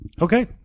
Okay